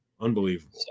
Unbelievable